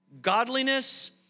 Godliness